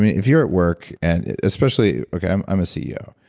if you're at work, and especially. okay, i'm i'm a ceo,